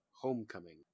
Homecoming